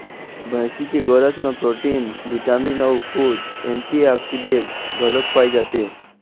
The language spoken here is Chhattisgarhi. भइसी के गोरस म प्रोटीन, बिटामिन अउ कुछ एंटीऑक्सीडेंट्स घलोक पाए जाथे